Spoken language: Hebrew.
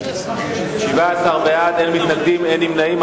17 בעד, אין מתנגדים, אין נמנעים.